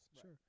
Sure